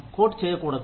coat చేయకూడదు